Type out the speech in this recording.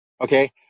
okay